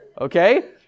Okay